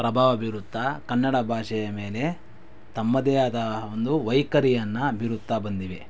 ಪ್ರಭಾವ ಬೀರುತ್ತಾ ಕನ್ನಡ ಭಾಷೆಯ ಮೇಲೆ ತಮ್ಮದೇ ಆದ ಒಂದು ವೈಖರಿಯನ್ನು ಬೀರುತ್ತಾ ಬಂದಿವೆ